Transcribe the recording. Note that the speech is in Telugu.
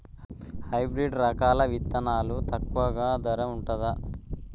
హైబ్రిడ్ రకాల విత్తనాలు తక్కువ ధర ఉంటుందా?